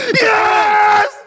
Yes